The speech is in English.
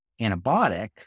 antibiotic